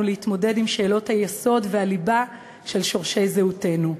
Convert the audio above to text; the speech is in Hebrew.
להתמודד עם שאלות היסוד והליבה של שורשי זהותנו.